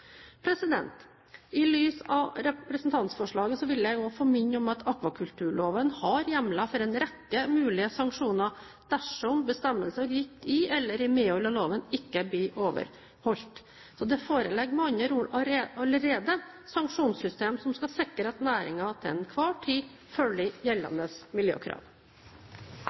I lys av representantforslaget vil jeg få minne om at akvakulturloven har hjemler for en rekke mulige sanksjoner dersom bestemmelsene gitt i eller i medhold av loven ikke blir overholdt. Det foreligger med andre ord allerede sanksjonssystemer som skal sikre at næringen til enhver tid følger gjeldende miljøkrav.